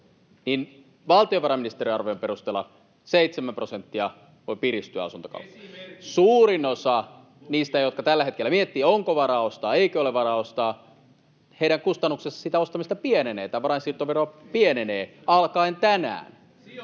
niin valtiovarainministeriön arvion perusteella seitsemän prosenttia voi piristyä asuntokauppa. [Vasemmalta: Esimerkiksi!] Suurimman osan niistä, jotka tällä hetkellä miettivät, onko varaa ostaa, eikö ole varaa ostaa, kustannukset siitä ostamisesta pienenevät tai varainsiirtovero pienenee alkaen tänään.